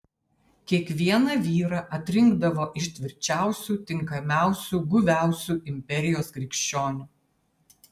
kiekvieną vyrą atrinkdavo iš tvirčiausių tinkamiausių guviausių imperijos krikščionių